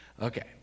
Okay